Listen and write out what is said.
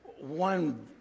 one